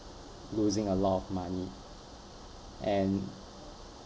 losing a lot of money and